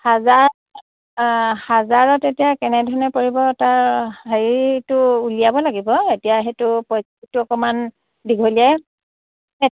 হাজাৰ হাজাৰত এতিয়া কেনেধৰণে পৰিব তাৰ হেৰিটো উলিয়াব লাগিব এতিয়া সেইটো অকণমান দীঘলীয়াই